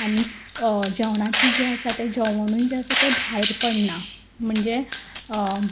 आनी जेवणाची जें आसा तें जेवणूय जें आसा तें भायर पडना म्हणजे